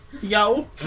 Yo